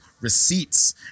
receipts